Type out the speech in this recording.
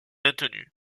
maintenu